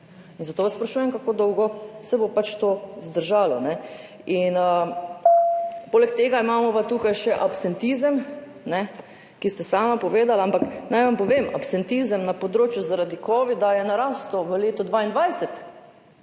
Zato vas sprašujem, kako dolgo bo to vzdržalo. Poleg tega imamo pa tukaj še absentizem, ste sami povedali. Ampak naj vam povem, absentizem je na področju zaradi covida narastel v letu 2022.